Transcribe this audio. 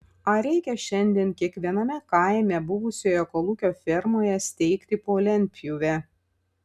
ar reikia šiandien kiekviename kaime buvusioje kolūkio fermoje steigti po lentpjūvę